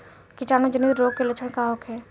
कीटाणु जनित रोग के लक्षण का होखे?